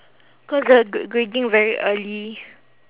cause the ge~ grading very early